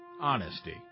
honesty